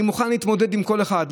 אני מוכן להתמודד עם כל אחד,